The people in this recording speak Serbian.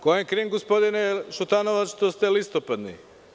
Ko vam je kriv, gospodine Šutanovac, što ste listopadni?